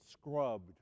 scrubbed